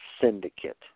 syndicate